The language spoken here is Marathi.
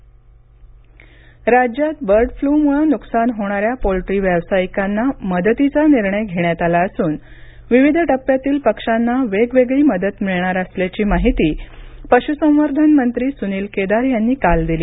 राज्य बर्ड फ्ल राज्यात बर्ड फ्लूमुळे नुकसान होणाऱ्या पोल्ट्री व्यवसायिकांना मदतीचा निर्णय घेण्यात आला असून विविध टप्प्यांतील पक्षांना वेगवेगळी मदत मिळणार असल्याची माहिती पश्संवर्धन मंत्री सुनील केदार यांनी काल दिली